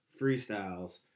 freestyles